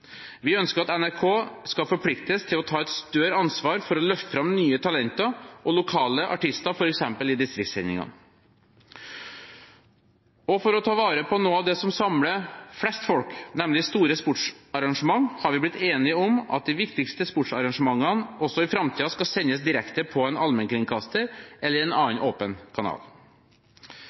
Vi ønsker at NRK skal forpliktes til å ta et større ansvar for å løfte fram nye talenter og lokale artister, f.eks. i distriktssendingene. Og for å ta vare på noe av det som samler flest folk, nemlig store sportsarrangementer, har vi blitt enige om at de viktigste sportsarrangementene også i framtiden skal sendes direkte av en allmennkringkaster eller en annen åpen kanal.